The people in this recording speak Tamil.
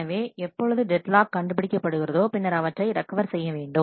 எனவே எப்பொழுது டெட் லாக் கண்டுபிடிக்கப் படுகிறதோ பின்னர் அவற்றை ரெக்கவர்செய்ய வேண்டும்